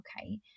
okay